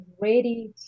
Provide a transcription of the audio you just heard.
ready